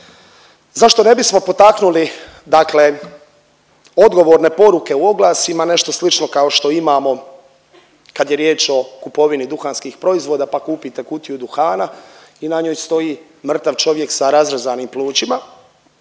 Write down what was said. zašto ne bismo potaknuli, dakle odgovorne poruke u oglasima nešto slično kao što imamo kad je riječ o kupovini duhanskih proizvoda, pa kupite kutiju duhana i na njoj stoji mrtav čovjek sa razrezanim plućima